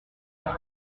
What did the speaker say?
dans